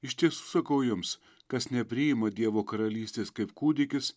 iš tiesų sakau jums kas nepriima dievo karalystės kaip kūdikis